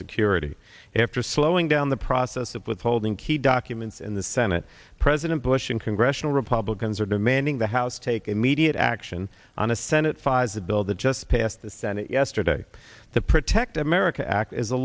security after slowing down the process of withholding key documents in the senate president bush and congressional republicans are demanding the house take immediate action on the senate fires a bill that just passed the senate yesterday the protect america act is a